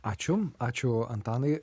ačiū ačiū antanai